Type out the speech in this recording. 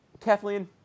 Kathleen